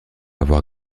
avoir